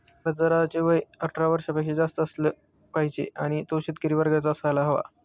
अर्जदाराचे वय अठरा वर्षापेक्षा जास्त असलं पाहिजे आणि तो शेतकरी वर्गाचा असायला हवा